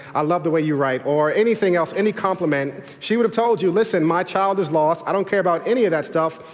i love the way you write or anything else, any compliment. she would have told you, listen my child is lost, i don't care about any of that stuff,